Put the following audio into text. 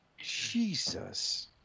Jesus